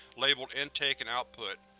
labeled intake and output.